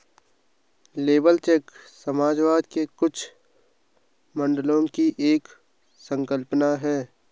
labour check समाजवाद के कुछ मॉडलों की एक संकल्पना है